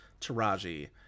Taraji